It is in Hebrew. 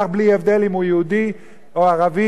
בלי הבדל אם הוא יהודי או ערבי,